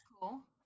Cool